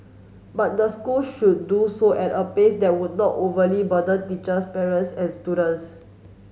but the school should do so at a pace that would not overly burden teachers parents and students